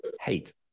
hate